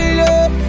love